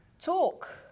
Talk